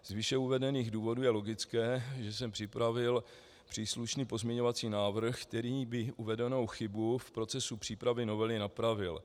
Z výše uvedených důvodů je logické, že jsem připravil příslušný pozměňovací návrh, který by uvedenou chybu v procesu přípravy novely napravil.